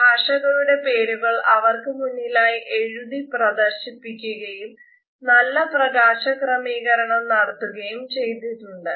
പ്രഭാഷകരുടെ പേരുകൾ അവർക്ക് മുന്നിലായി എഴുതി പ്രദർശിപ്പിക്കുകയും നല്ല പ്രകാശ ക്രമീകരണം നടത്തുകയും ചെയ്തിട്ടുണ്ട്